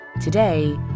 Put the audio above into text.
Today